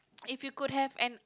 if you could have an